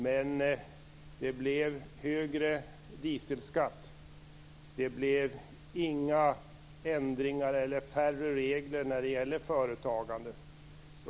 Men det blev högre dieselskatt. Det blev inte några ändringar eller färre regler när det gäller företagande.